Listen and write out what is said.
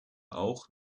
auch